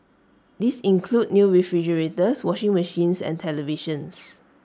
these include new refrigerators washing machines and televisions